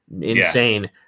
insane